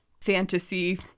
fantasy